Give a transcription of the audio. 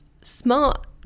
smart